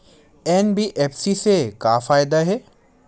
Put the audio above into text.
NBFC से का फ़ायदा हे?